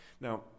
Now